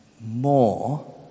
more